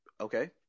Okay